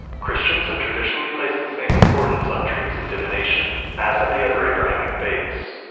christians have traditionally placed the same importance on dreams and divination, as have the other abrahamic faiths.